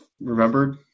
remembered